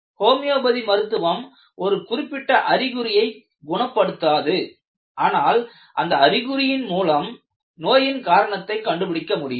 homeopathy மருத்துவம் ஒரு குறிப்பிட்ட அறிகுறியை குணப்படுத்தாது ஆனால் அந்த அறிகுறி மூலம் நோயின் காரணத்தை கண்டுபிடிக்க முடியும்